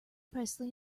presley